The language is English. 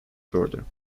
further